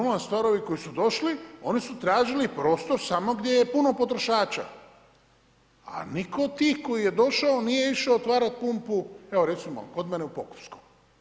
I normalna stvar, ovi koji su došli oni su tražili prostor samo gdje je puno potrošača, a nitko od tih koji je došao nije išao otvarati pumpu evo recimo kod mene u Pokupskom.